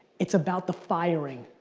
it's about the firing.